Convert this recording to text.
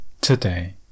today